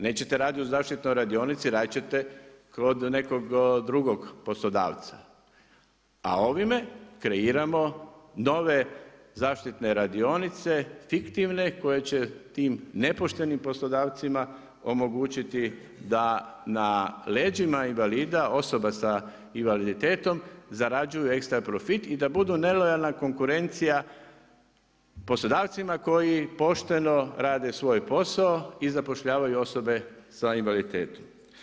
Nećete raditi u zaštitnoj radionici, raditi ćete kod nekog drugog poslodavca, a ovime kreiramo nove zaštitne radionice, fiktivne, koje će tim nepoštenim poslodavcima omogućiti da na leđima invalida, osoba sa invaliditetom, zarađuju ekstra profit i da budu nelojalna konkurencija poslodavcima koji pošteno rade svoj posao i zapošljavaju osobe s invaliditetom.